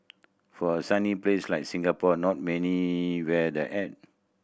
for a sunny place like Singapore not many wear the hat